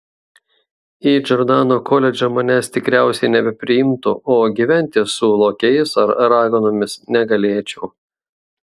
į džordano koledžą manęs tikriausiai nebepriimtų o gyventi su lokiais ar raganomis negalėčiau